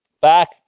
back